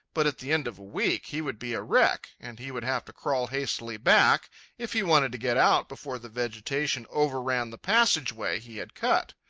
but at the end of a week he would be a wreck, and he would have to crawl hastily back if he wanted to get out before the vegetation overran the passage way he had cut.